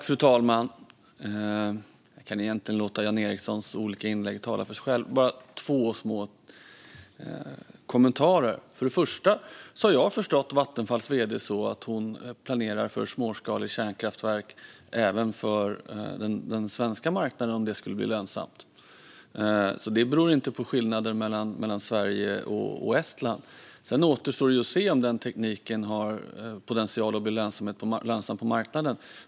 Fru talman! Jag kan egentligen låta Jan Ericsons olika inlägg tala för sig själva, men jag har två små kommentarer. För det första har jag förstått Vattenfalls vd så att hon planerar för småskaliga kärnkraftverk även för den svenska marknaden om det skulle bli lönsamt, så detta beror inte på skillnader mellan Sverige och Estland. Sedan återstår det ju att se om den tekniken har potential att bli lönsam på marknaden.